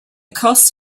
costs